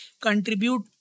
contribute